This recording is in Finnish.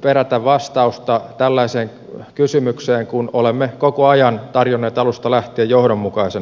perätä vastausta tällaiseen kysymykseen kun olemme koko ajan tarjonneet alusta lähtien johdonmukaisen vastauksen